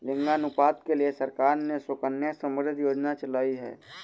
लिंगानुपात के लिए सरकार ने सुकन्या समृद्धि योजना चलाई है